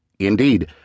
Indeed